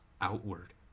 outward